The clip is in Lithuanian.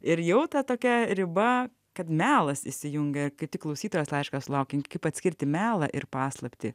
ir jau ta tokia riba kad melas įsijungia ir kaip tik klausytojos laišką sulaukėm kaip atskirti melą ir paslaptį